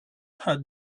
had